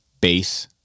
base